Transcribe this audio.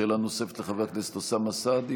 שאלה נוספת, לחבר הכנסת אוסאמה סעדי.